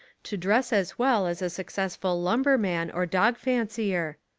to dress as well as a success ful lumberman or dog fancier,